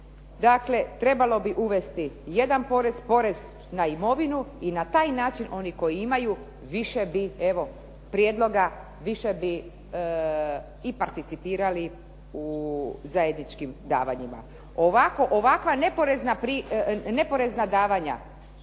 Dakle, trebalo bi uvesti jedan porez, porez na imovinu i na taj način oni koji imaju više bi evo prijedloga, više bi i participirali u zajedničkim davanjima. Ovakva neporezna davanja